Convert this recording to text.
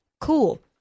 Cool